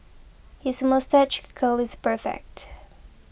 his moustache curl is perfect